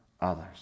others